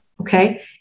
okay